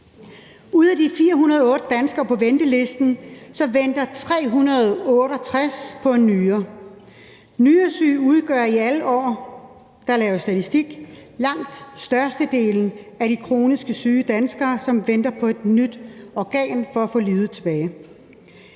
Ud af de 408 danskere på ventelisten venter 368 på en nyre. Nyresyge udgør i alle de år, hvor der er lavet statistik, langt størstedelen af de kronisk syge danskere, som venter på et nyt organ for at få livet tilbage.